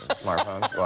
ah smartphones?